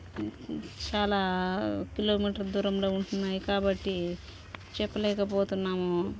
చాలా కిలోమీటర్ దూరంలో ఉంటున్నాయి కాబట్టి చెప్పలేకపోతున్నాము